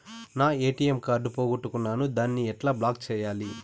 నా ATM card పోగొట్టుకున్నాను, దాన్ని ఎట్లా బ్లాక్ సేయాలి?